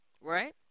right